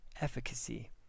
Efficacy